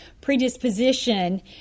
predisposition